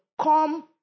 come